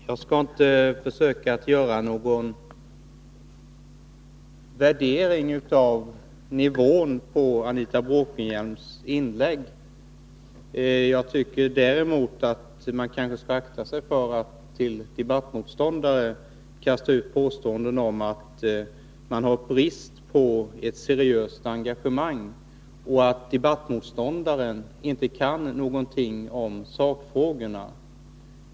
Jag skall inte försöka göra någon värdering av nivån på Anita Bråkenhielms inlägg, men tycker att man kanske borde akta sig för att till debattmotståndare kasta ut påståenden om brist på ett seriöst engagemang och påståenden om att debattmotståndaren inte kan någonting om sakfrågorna.